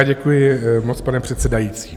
Děkuji moc, pane předsedající.